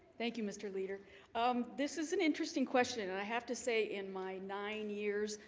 thank you mr. leader um this is an interesting question, and i have to say in my nine years.